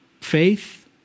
faith